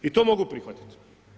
I tom mogu prihvatiti.